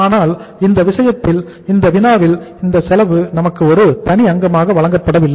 ஆனால் இந்த விஷயத்தில் இந்த வினாவில் இந்த செலவு நமக்கு ஒரு தனி அங்கமாக வழங்கப்படவில்லை